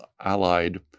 allied